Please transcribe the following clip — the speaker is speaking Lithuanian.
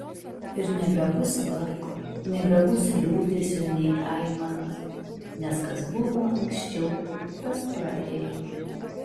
ir nebebus vargo nebebus liūdesio nei aimanos nes kas buvo anksčiau tas praėjo